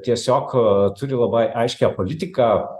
tiesiog turi labai aiškią politiką